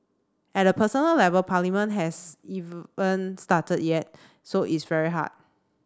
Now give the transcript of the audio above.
at a personal level Parliament has even started yet so it's very hard